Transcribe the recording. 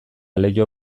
leiho